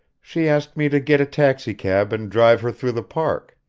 she asked me to get a taxicab and drive her through the park.